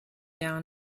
down